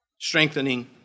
strengthening